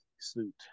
suit